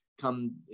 come